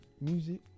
Music